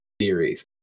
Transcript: series